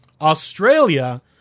Australia